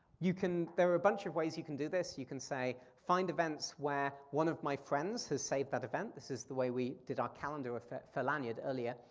you can, there are a bunch of ways you can do this. you can say find events where one of my friends has saved that event, this is the way we did our calendar for lanyrd earlier.